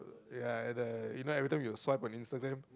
ya and I you know every time you'll swipe on Instagram